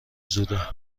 زوده